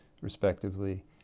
respectively